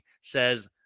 says